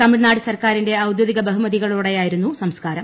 തമിഴ്നാട് സർക്കാരിന്റെ് ഔദ്യോഗിക ബഹുമതികളോടെയായിരുന്നു സ്സ്കാരം